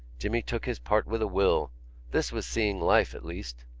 jimmy took his part with a will this was seeing life, at least.